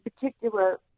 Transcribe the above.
particular